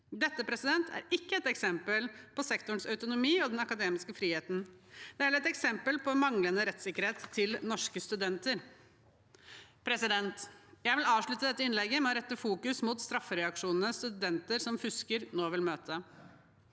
Dette er ikke et eksempel på sektorens autonomi og den akademiske friheten. Det er et eksempel på manglende rettssikkerhet for norske studenter. Jeg vil avslutte dette innlegget med å fokusere på straffereaksjonene studenter som fusker, nå vil møte.